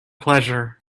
pleasure